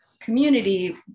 community